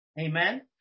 Amen